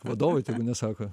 vadovui tegu nesako